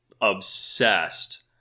obsessed